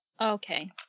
Okay